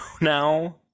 now